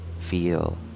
feel